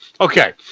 Okay